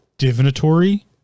divinatory